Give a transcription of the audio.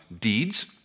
deeds